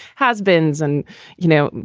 has-beens and you know,